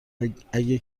اگه